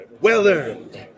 well-earned